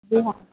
जी हाँ